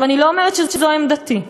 אני לא אומרת שזו עמדתי,